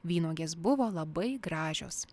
vynuogės buvo labai gražios